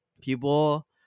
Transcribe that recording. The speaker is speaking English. people